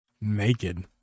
Naked